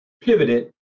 pivoted